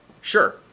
Sure